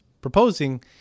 proposing